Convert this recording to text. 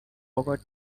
forget